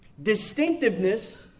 distinctiveness